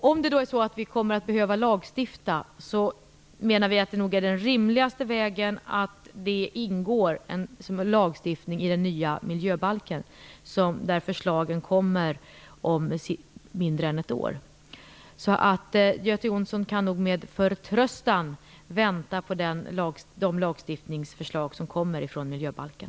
Om vi kommer att behöva lagstifta menar vi att den rimligaste vägen är att en sådan lagstiftning ingår i den nya miljöbalken, och förslagen till den kommer om mindre än ett år. Göte Jonsson kan nog med förtröstan vänta på de lagstiftningsförslag till miljöbalken som kommer.